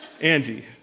Angie